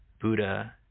buddha